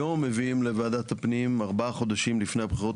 היום מביאים לוועדת הפנים ארבעה חודשים לפני הבחירות